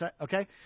Okay